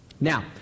Now